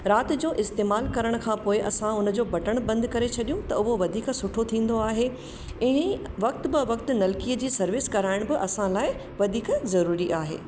राति जो इस्तेमाल करण खां पोइ असां उनजो बटण करे छॾियूं त उहो वधीक सुठो थींदो आहे ईअं ई वक़्त ब वक़्त नलकीअ जी सर्विस कराइण बि असां लाइ वधीक ज़रूरी आहे